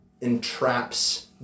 entraps